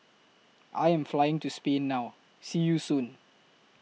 I Am Flying to Spain now See YOU Soon